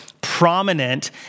prominent